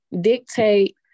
dictate